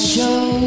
Show